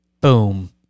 boom